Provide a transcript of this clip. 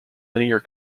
linear